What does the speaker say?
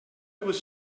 was